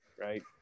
right